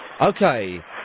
Okay